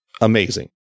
amazing